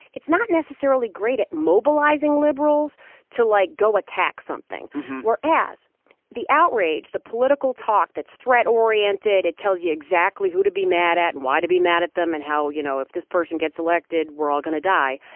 it's not necessarily great at mobilizing liberals to like go attack something or as the outrage, the political talk that's threat oriented, it tells you exactly who to be mad at, and why to be mad at them and how, you know, if this person gets elected, we're all gonna die.